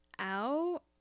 out